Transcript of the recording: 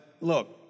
look